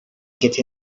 get